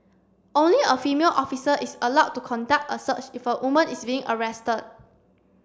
only a female officer is allowed to conduct a search if a woman is being arrested